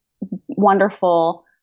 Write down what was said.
wonderful